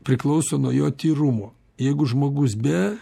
priklauso nuo jo tyrumo jeigu žmogus be